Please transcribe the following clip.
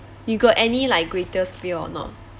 you got any like greatest fear or not